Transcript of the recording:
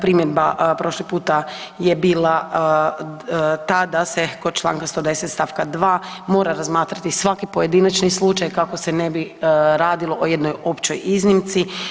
Primjedba prošli puta je bila ta da se kod čl. 110. st. 2. mora razmatrati svaki pojedinačni slučaj kako se ne bi radilo o jednoj općoj iznimci.